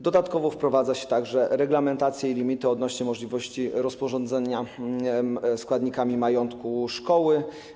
Dodatkowo wprowadza się też reglamentację i limity odnośnie do możliwości rozporządzenia składnikami majątku szkoły.